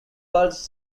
birds